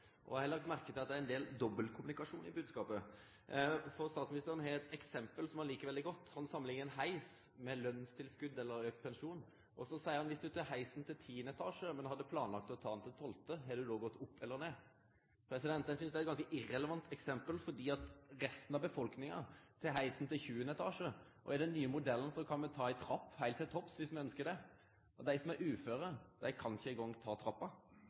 LO. Eg har lagt merke til at det er ein del dobbeltkommunikasjon i bodskapen. Statsministeren har eit eksempel som han likar veldig godt: Han samanliknar ein heis med lønstillegg eller auka pensjon, og så seier han: Viss du tek heisen til tiande etasje, men hadde planlagt å ta han til tolvte, har du då gått opp eller ned? Eg synest det er eit ganske irrelevant eksempel, for resten av befolkninga tek heisen til tjuande etasje, og i den nye modellen kan me ta ei trapp opp heilt til topps, viss me ønskjer det. Dei som er uføre, kan ikkje eingong ta trappa.